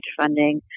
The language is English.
funding